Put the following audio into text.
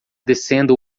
descendo